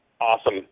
awesome